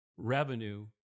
Revenue